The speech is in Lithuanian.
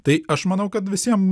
tai aš manau kad visiem